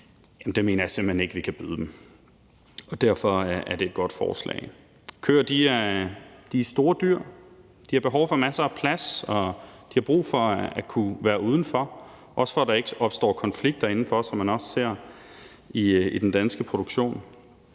til deres sundhed, deres klove osv. Derfor er det et godt forslag. Køer er store dyr. De har behov for masser af plads, og de har brug for at kunne være ude, også for at der ikke opstår de konflikter i staldene, som vi også ser i den danske produktion.